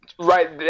right